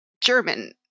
German